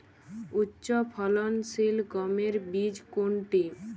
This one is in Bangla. উচ্চফলনশীল গমের বীজ কোনটি?